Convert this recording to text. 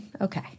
Okay